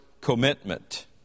commitment